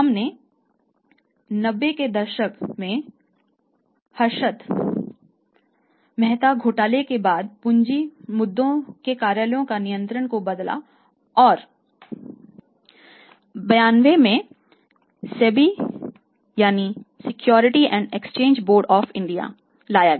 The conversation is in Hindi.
हमने 90 के दशक में हर्षद मेहता घोटाले के बाद पूंजी मुद्दों के कार्यालय के नियंत्रक को बदला और 1992 में SEBI लाया गया